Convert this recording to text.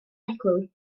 eglwys